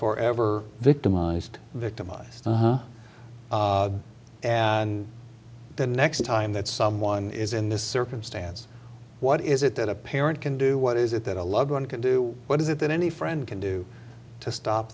forever victimized victimized and the next time that someone is in this circumstance what is it that a parent can do what is it that a loved one can do what is it that any friend can do to stop